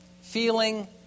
feeling